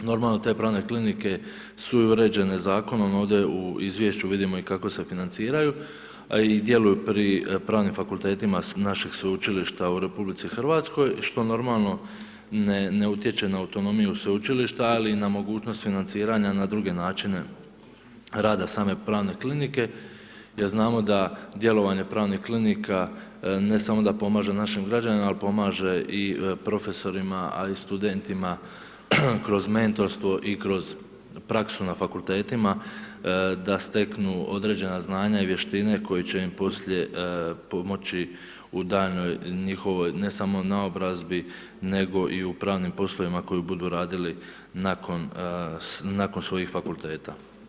Normalno da te pravne klinike su i uređene zakonom, ovdje u izvješću vidimo i kako se financiraju i djeluju pri pravnim fakultetima naših sveučilišta u RH što normalno ne utječe na autonomiju sveučilišta ali i na mogućnost financiranja na druge načine rada same pravne klinike jer znamo da djelovanje pravnih klinika ne samo da pomaže našim građanima ali pomaže i profesorima a i studentima kroz mentorstvo i kroz praksu na fakultetima da steknu određena znanja i vještine koji će im poslije pomoći u daljnjoj njihovoj ne samo naobrazbi nego i u pravnim poslovima koje budu radili nakon svojih fakulteta.